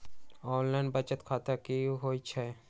Online बचत खाता की होई छई?